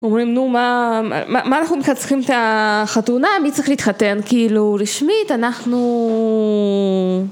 אומרים: נו, מה אנחנו בכלל צריכים את החתונה? מי צריך להתחתן? כאילו, רשמית אנחנו...